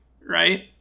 right